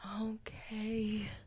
Okay